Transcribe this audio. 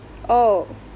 oh